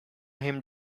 him